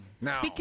Now